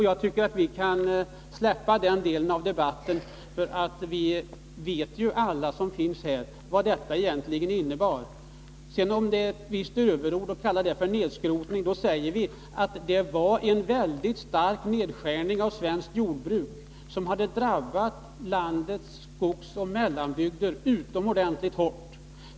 Jag tycker att vi kan släppa den delen av debatten, eftersom vi alla vet vad detta egentligen innebar. Låt vara att det kan vara överord att kalla denna politik för nedskrotningspolitik. Den innebar i alla fall en mycket stark nedskärning av svenskt jordbruk, som hade drabbat landets skogsoch mellanbygder utomordentligt hårt.